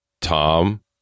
Tom